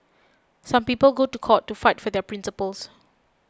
some people go to court to fight for their principles